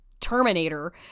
Terminator